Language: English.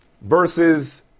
versus